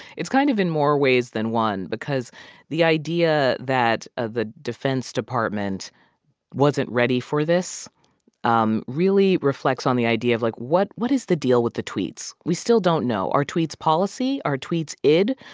it's kind of in more ways than one because the idea that ah the defense department wasn't ready for this um really reflects on the idea of, like, what what is the deal with the tweets? we still don't know. are tweets policy? are tweets id?